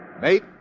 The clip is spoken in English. Mate